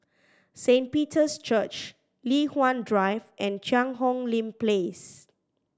Saint Peter's Church Li Hwan Drive and Cheang Hong Lim Place